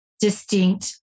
distinct